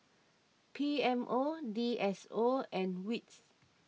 P M O D S O and Wits